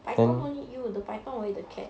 python won't eat you the python will eat the cat